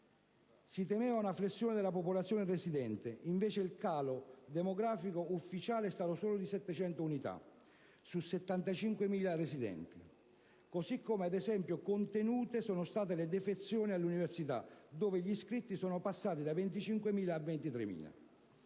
Si temeva una flessione della popolazione residente, invece il calo demografico ufficiale è stato solo di 700 unità su 75.000 residenti, così come, ad esempio, contenute sono state le defezioni all'università, dove gli iscritti sono passati da 25.000 a 23.000.